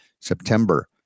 September